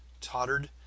tottered